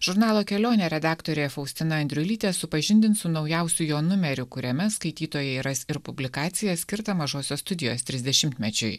žurnalo kelionė redaktorė faustina andriulytė supažindins su naujausiu jo numeriu kuriame skaitytojai ras ir publikaciją skirtą mažosios studijos trisdešimtmečiui